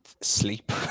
sleep